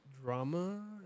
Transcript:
drama